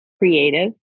creative